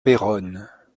péronne